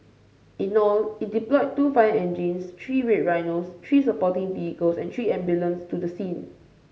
in all it deployed two fire engines three Red Rhinos three supporting vehicles and three ambulances to the scene